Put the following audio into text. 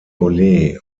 ole